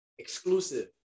exclusive